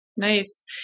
Nice